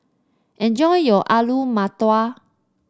enjoy your Alu Matar